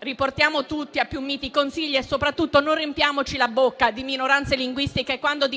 riportiamo tutti a più miti consigli e, soprattutto, non riempiamoci la bocca di minoranze linguistiche, quando